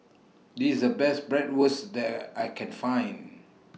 This IS The Best Bratwurst that I Can Find